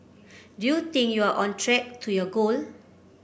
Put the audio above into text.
do you think you're on track to your goal